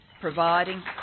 providing